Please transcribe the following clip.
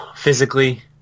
Physically